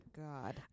god